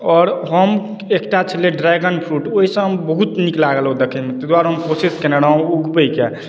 आओर हम एकटा छलै ड्रैगन फ्रूट ओहिसँ बहुत नीक लागल ओ देखैमे ताहि दुआरे हम कोशिश कयने रहौँ ओ उगबैके